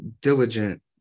diligent